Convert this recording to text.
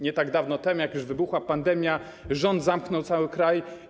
Nie tak dawno, jak już wybuchła pandemia, rząd zamknął cały kraj.